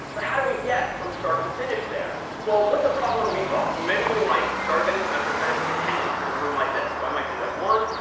but how do we get from start to finish there? well, what's a problem to be solved? well, maybe we might, at the start of any semester, try to take attendance in a room like this. so i might do like one,